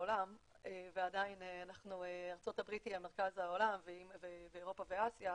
העולם ועדיין ארצות הברית היא מרכז העולם ואירופה ואסיה.